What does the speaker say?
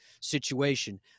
situation